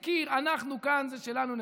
כי אנחנו כאן, זה שלנו.